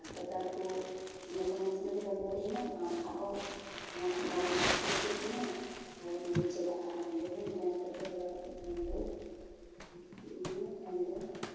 ᱦᱟᱥᱯᱟᱛᱟᱞ ᱠᱚ ᱤᱫᱤᱧᱟ ᱠᱚ ᱢᱮᱱᱛᱮ ᱱᱚᱰᱮ ᱵᱟᱞᱮ ᱫᱟᱲᱮᱭᱟᱜ ᱟᱢ ᱟᱨ ᱦᱚᱸ ᱱᱚᱣᱟ ᱠᱷᱚᱱ ᱢᱟᱨᱟᱝ ᱦᱟᱥᱯᱟᱛᱟᱞ ᱪᱟᱞᱟᱜ ᱢᱮ ᱟᱨ ᱚᱸᱰᱮᱧ ᱪᱟᱞᱟᱜᱼᱟ ᱚᱸᱰᱮ ᱡᱟᱸᱡ ᱯᱟᱨᱛᱟᱞ ᱵᱟᱲᱟ ᱠᱟᱛᱮ ᱛᱟᱭᱚᱢ ᱫᱚ ᱨᱟᱱ ᱠᱚᱠᱚ ᱤᱢᱟᱹᱧᱟ ᱤᱱᱟᱹ ᱛᱟᱭᱱᱚᱢ ᱫᱚ